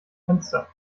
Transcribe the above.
fenster